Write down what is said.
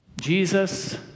Jesus